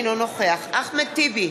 אינו נוכח אחמד טיבי,